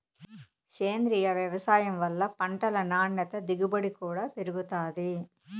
సేంద్రీయ వ్యవసాయం వల్ల పంటలు నాణ్యత దిగుబడి కూడా పెరుగుతాయి